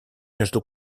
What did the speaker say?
между